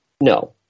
No